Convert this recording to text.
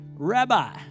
Rabbi